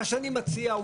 מה שאני מציע,